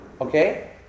Okay